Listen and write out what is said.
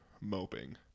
moping